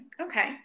okay